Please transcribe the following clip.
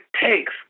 takes